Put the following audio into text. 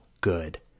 good